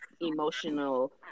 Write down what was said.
emotional